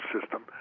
system